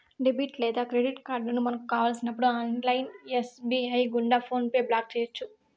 debit లేదా credit కార్డులను మనకు కావలసినప్పుడు ఆన్లైన్ ఎస్.బి.ఐ గుండా ఫోన్లో బ్లాక్ చేయొచ్చు